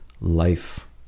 life